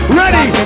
ready